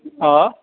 آ